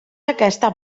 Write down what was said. aquesta